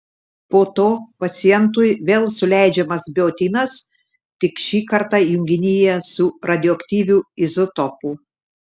po to pacientui vėl suleidžiamas biotinas tik šį kartą junginyje su radioaktyviu izotopu